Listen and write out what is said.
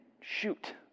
shoot